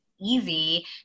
easy